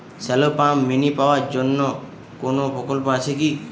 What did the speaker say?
Shallow pump mini পাওয়ার জন্য কোনো প্রকল্প আছে কি?